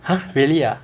!huh! really ah